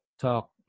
talk